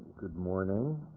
good morning.